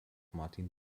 martin